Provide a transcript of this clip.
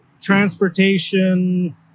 transportation